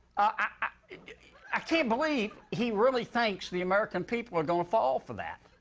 i i can't believe he really thinks the american people are gonna fall for that.